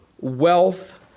wealth